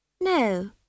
No